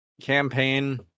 Campaign